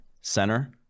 center